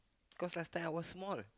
cause last time I was small